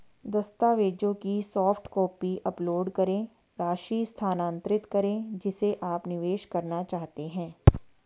दस्तावेजों की soft copy upload करें, राशि स्थानांतरित करें जिसे आप निवेश करना चाहते हैं